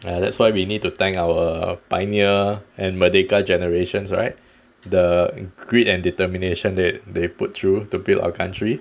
ya that's why we need to thank our pioneer and merdeka generations right the grit and determination that they put through to build our country